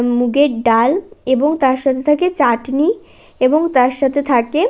মুগের ডাল এবং তার সাথে থাকে চাটনি এবং তার সাথে থাকে